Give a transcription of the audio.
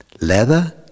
leather